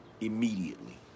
Immediately